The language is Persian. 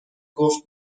گفت